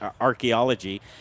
archaeology